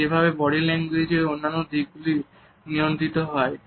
ঠিক যেভাবে body language এর অন্যান্য দিক গুলি নিয়ন্ত্রিত হয়